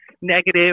negative